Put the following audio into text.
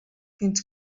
fins